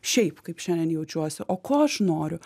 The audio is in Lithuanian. šiaip kaip šiandien jaučiuosi o ko aš noriu